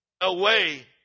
away